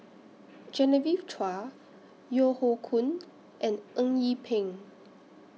Genevieve Chua Yeo Hoe Koon and Eng Yee Peng